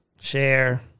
share